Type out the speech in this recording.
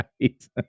right